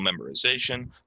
memorization